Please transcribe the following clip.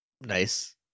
Nice